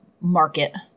market